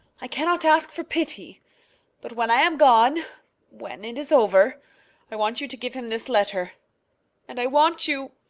i cannot ask for pity but when i am gone when it is over i want you to give him this letter and i want you,